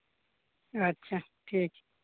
ᱟᱪᱪᱷᱟ ᱴᱷᱤᱠ